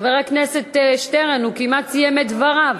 חבר הכנסת שטרן, הוא כמעט סיים את דבריו.